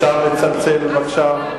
אפשר לצלצל בבקשה?